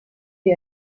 die